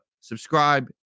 subscribe